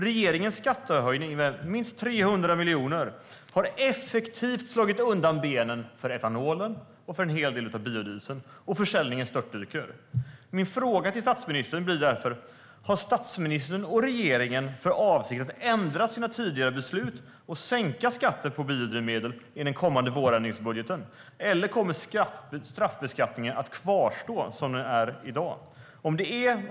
Regeringens skattehöjning med minst 300 miljoner har effektivt slagit undan benen för etanolen och för en hel del av biodieseln, och försäljningen störtdyker. Har statsministern och regeringen för avsikt att ändra sina tidigare beslut och sänka skatten på biodrivmedel i den kommande vårändringsbudgeten, eller kommer straffbeskattningen att kvarstå som den är i dag?